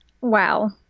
wow